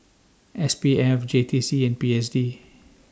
S P F J T C and P S D